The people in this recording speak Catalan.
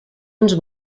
uns